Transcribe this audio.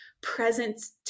Presence